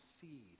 seed